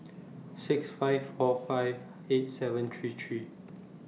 six five four five eight seven three three